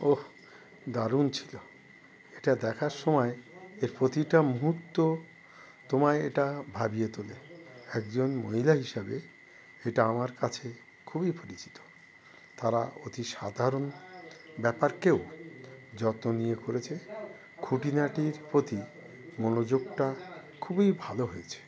ওহ দারুণ ছিল এটা দেখার সময় এর প্রতিটা মুহূর্ত তোমায় এটা ভাবিয়ে তোলে একজন মহিলা হিসাবে এটা আমার কাছে খুবই পরিচিত তারা অতি সাধারণ ব্যাপারকেও যত্ন নিয়ে করেছে খুঁটিনাটির প্রতি মনোযোগটা খুবই ভালো হয়েছে